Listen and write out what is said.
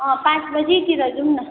पाचँ बजेतिर जाऔँ न